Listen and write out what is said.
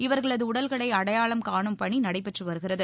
இவர்களது உடல்களை அடையாளம் காணும் பணி நடைபெற்று வருகிறது